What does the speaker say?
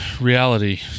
reality